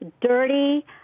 dirty